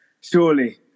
Surely